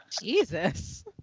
Jesus